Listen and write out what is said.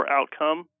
outcome